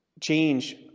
change